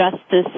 justice